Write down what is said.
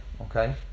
okay